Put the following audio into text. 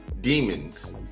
demons